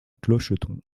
clocheton